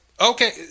okay